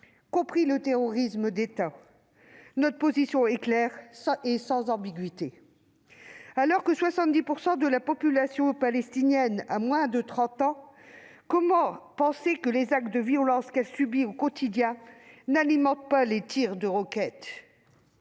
compris le terrorisme d'État. Notre position est claire et sans ambiguïté. » Alors que 70 % de la population palestinienne a moins de 30 ans, comment penser que les actes de violence qu'elle subit au quotidien n'alimentent pas les tirs de roquette ?